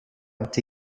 ont